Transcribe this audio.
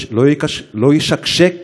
לא ישקשק